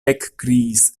ekkriis